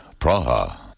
Praha